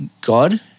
God